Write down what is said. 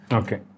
okay